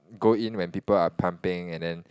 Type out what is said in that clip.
go in when people are pumping and then